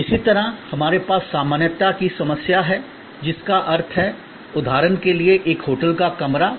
इसी तरह हमारे पास सामान्यता की समस्या है जिसका अर्थ है उदाहरण के लिए एक होटल का कमरा है